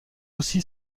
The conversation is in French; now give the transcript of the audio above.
aussi